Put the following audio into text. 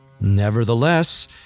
Nevertheless